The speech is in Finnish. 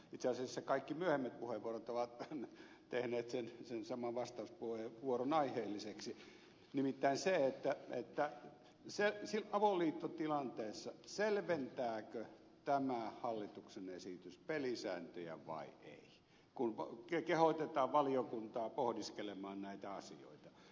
itse asiassa kaikki myöhemmät puheenvuorot ovat tehneet sen saman vastauspuheenvuoron aiheelliseksi nimittäin sen selventääkö avoliittotilanteessa tämä hallituksen esitys pelisääntöjä vai ei kun kehotetaan valiokuntaa pohdiskelemaan näitä asioita